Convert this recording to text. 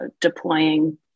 deploying